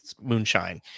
Moonshine